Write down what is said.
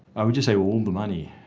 i would just say all the money.